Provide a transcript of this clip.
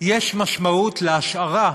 יש משמעות להשארה,